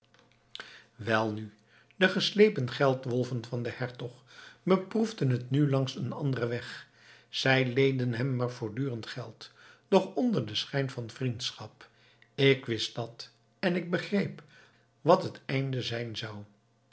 welnu de geslepen geldwolven van den hertog beproefden het nu langs een anderen weg zij leenden hem maar voortdurend geld doch onder den schijn van vriendschap ik wist dat en ik begreep wat het einde zijn zou